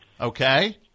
Okay